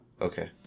Okay